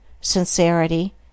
sincerity